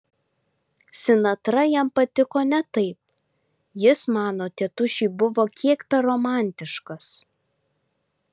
sinatra jam patiko ne taip jis mano tėtušiui buvo kiek per romantiškas